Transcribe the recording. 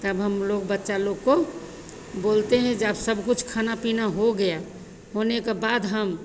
तब हमलोग बच्चा लोग को बोलते हैं जब सब कुछ खाना पीना हो गया होने के बाद हम